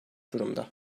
durumda